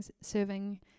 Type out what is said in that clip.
serving